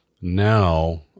now